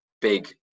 big